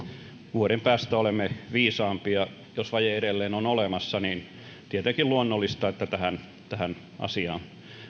vuoden päästä olemme viisaampia jos vaje edelleen on olemassa niin tietenkin on luonnollista että tähän tähän asiaan